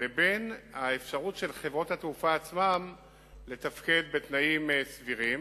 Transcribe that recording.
לבין האפשרות של חברות התעופה עצמן לתפקד בתנאים סבירים.